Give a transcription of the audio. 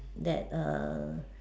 that err